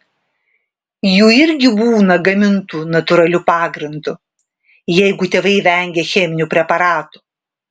jų irgi būna gamintų natūraliu pagrindu jeigu tėvai vengia cheminių preparatų